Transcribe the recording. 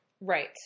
Right